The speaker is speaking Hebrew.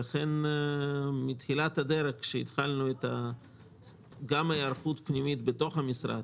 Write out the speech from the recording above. לכן מתחילת הדרך כשהתחלנו את ההיערכות הפנימית בתוך המשרד,